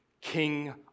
King